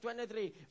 23